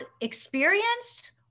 experienced